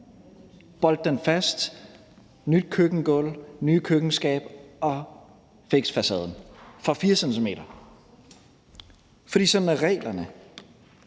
bolte den fast, have et nyt køkkengulv og nye køkkenskabe og fikse facaden – for 4 cm! For sådan er reglerne,